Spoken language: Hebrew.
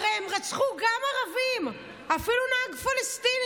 הרי הם רצחו גם ערבים, אפילו נהג פלסטיני.